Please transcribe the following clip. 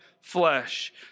flesh